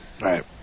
Right